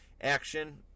Action